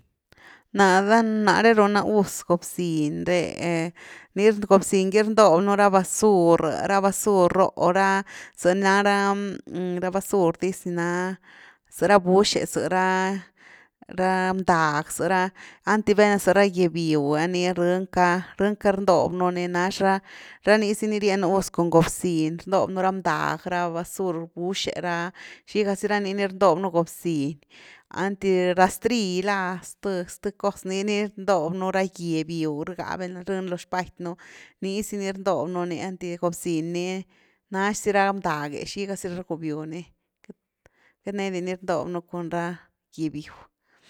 Na, dan- nare runa gus gob ziny re, ni gobziny gy rndobnu ra basur, ra basur ro ra, za na ra basur diz ni na, zara buxi zara-ra bndag zara, einty val´na za ra gye biw, ni brëny cka rndob nú ni nax ra- ra ni zy ni rienu gus cun gob xini rndobnú ra bndag, ra basur, buxy, ra xiga si ra nii ni rndob nú gobziny einty rastrill la zth-zth cos nii ni rndob nú rha gye biw rhga val’na rh’ni lo xpaty nú nii zy ni rndob nú ni, eitny gobziny ni nax y ra bndague xiga zy rgubiu ni, queity ne di-ni rndob nú cun ra gye biw.